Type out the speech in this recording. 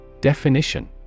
Definition